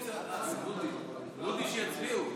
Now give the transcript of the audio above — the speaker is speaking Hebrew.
שיצביעו.